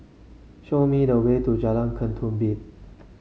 show me the way to Jalan Ketumbit